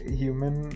human